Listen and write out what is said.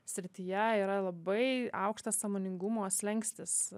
srityje yra labai aukštas sąmoningumo slenkstis